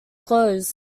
clothes